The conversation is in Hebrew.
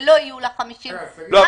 ולא יהיו לה 50 --- גברתי,